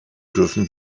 dürfen